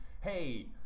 Hey